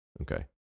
Okay